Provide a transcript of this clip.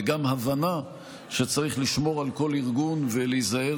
וגם הבנה שצריך לשמור על כל ארגון ולהיזהר